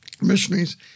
missionaries